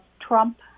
Trump